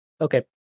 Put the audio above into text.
Okay